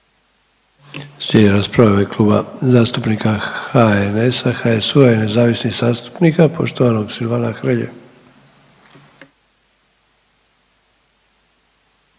Slijedi rasprava u ime Kluba zastupnika HNS-a, HSU-a i nezavisnih zastupnika poštovanog Silvana Hrelje.